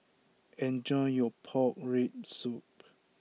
enjoy your Pork Rib Soup